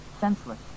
senseless